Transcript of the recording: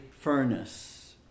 furnace